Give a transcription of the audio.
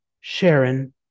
Sharon